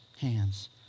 hands